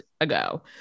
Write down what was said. ago